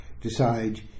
decide